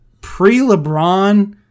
Pre-LeBron